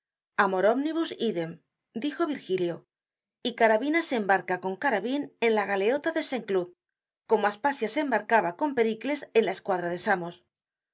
amor omnibus idem dijo virgilio y carabina se embarca qon carabin en la galeota de saint cloud como aspasia se embarcaba con periclesen la escuadra de samos una